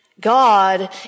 God